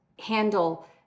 handle